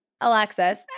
Alexis